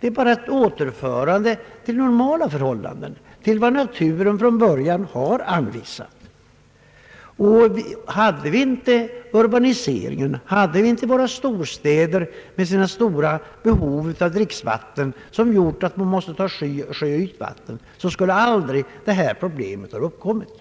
Det är ett återförande till normalare förhållanden, till vad naturen från början har anvisat. Hade man inte urbaniseringen, våra storstäder med väldiga behov av dricksvatten som gjort att vi måste ta till sjöoch ytvatten, så skulle aldrig det här problemet ha uppkommit.